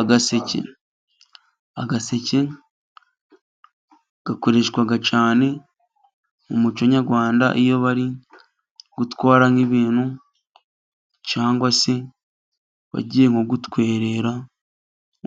Agaseke, agaseke gakoreshwa cyane mu muco Nyarwanda ,iyo bari gutwara nk'ibintu cyangwa se bagiye gutwerera